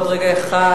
עוד רגע אחד,